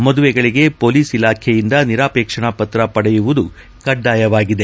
ಮದುವೆಗಳಿಗೆ police ಇಲಾಖೆಯಿಂದ ನಿರಾಪೇಕ್ಷಣ ಪತ್ರ ಪಡೆಯುವುದು ಕಡ್ಡಾಯವಾಗಿದೆ